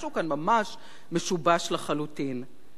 משהו כאן ממש משובש לחלוטין.